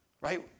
Right